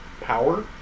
power